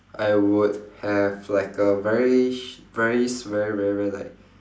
I would have like a very sh~ very s~ very very very like